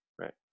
Right